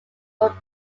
but